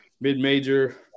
mid-major